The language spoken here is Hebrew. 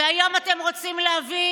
והיום אתם רוצים להביא